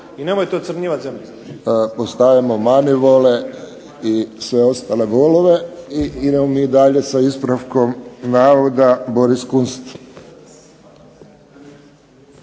I nemojte ocrnjivati zemlju. **Friščić, Josip (HSS)** Ostavimo monexvale i sve ostale volove. I idemo mi dalje sa ispravkom navoda Boris Kunst.